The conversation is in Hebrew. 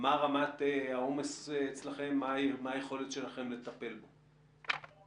מה רמת העומס אצלכם ומה היכולת שלכם לטפל בו.